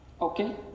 okay